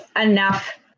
enough